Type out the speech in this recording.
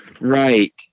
Right